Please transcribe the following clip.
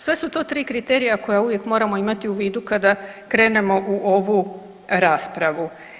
Sve su to tri kriterija koja uvijek moramo imati u vidu kada krenemo u ovu raspravu.